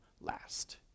last